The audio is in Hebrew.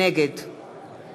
נגד